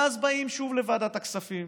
ואז באים שוב לוועדת הכספים,